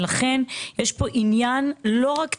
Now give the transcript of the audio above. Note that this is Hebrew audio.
יש כאן עניין לא רק ציוני,